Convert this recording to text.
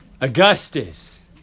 Augustus